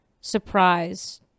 surprise